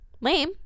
lame